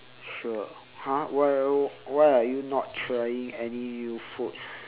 sure !huh! well why are you not trying any new food